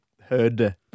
Heard